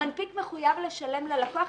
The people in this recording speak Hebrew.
המנפיק מחויב לשלם ללקוח.